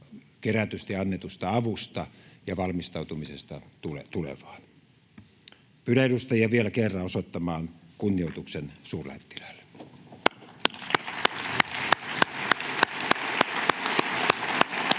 kerätystä ja annetusta avusta ja valmistautumisesta tulevaan. Pyydän edustajia vielä kerran osoittamaan kunnioituksen suurlähettiläälle.